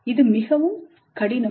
இது மிகவும் கடினம்